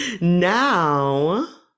now